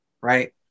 right